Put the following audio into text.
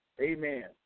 amen